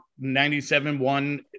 97-1